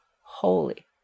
holy